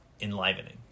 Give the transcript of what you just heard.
enlivening